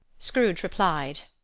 scrooge replied.